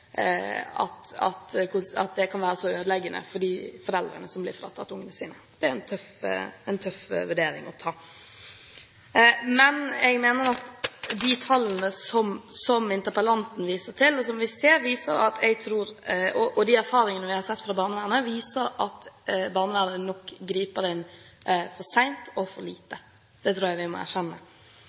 at det kan være så ødeleggende for de foreldrene som blir fratatt ungene sine. Det er en tøff vurdering å ta. Jeg mener at de tallene som interpellanten viste til, og de erfaringene vi har sett fra barnevernet, viser at barnevernet nok griper inn for sent og for lite – det tror jeg vi må erkjenne.